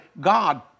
God